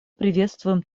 приветствуем